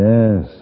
Yes